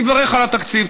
אני מברך על התקציב.